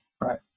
Right